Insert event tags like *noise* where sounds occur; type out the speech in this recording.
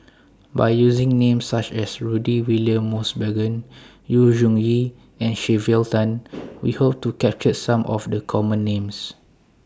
By using Names such as Rudy William Mosbergen Yu Zhuye and Sylvia Tan *noise* We Hope to capture Some of The Common Names